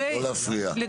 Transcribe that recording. להפריע.